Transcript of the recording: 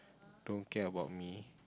don't care about me